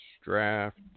draft